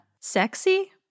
sexy